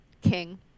king